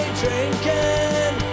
drinking